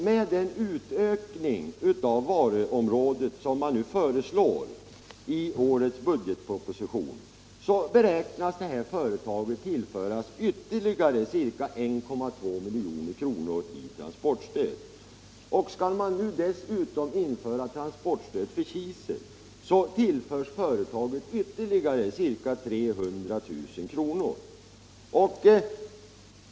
Med den utökning av varuområdet som föreslås i årets budgetproposition beräknas företaget tillföras ytterligare ca 1,2 milj.kr. i transportstöd. Skall man nu dessutom införa transportstöd för kisel, så tillförs företaget ytterligare ca 300 000 kr.